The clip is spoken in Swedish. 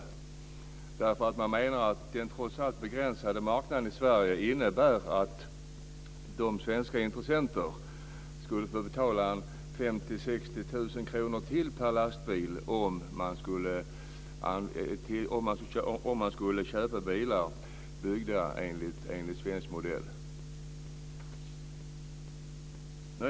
Man menar att marknaden i Sverige trots allt är begränsad och att de svenska intressenterna skulle få betala ytterligare 50 000-60 000 kr per lastbil om alla bilar skulle byggas enligt svensk modell.